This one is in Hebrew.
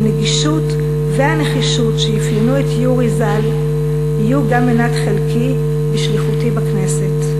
הנגישות והנחישות שאפיינו את יורי ז"ל יהיו גם מנת חלקי בשליחותי בכנסת.